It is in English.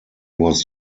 was